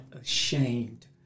ashamed